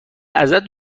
ازت